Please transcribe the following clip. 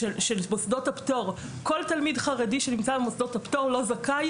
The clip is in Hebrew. במוסדות הפטור, ולכן הוא לא זכאי.